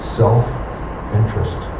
self-interest